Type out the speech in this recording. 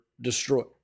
destroyed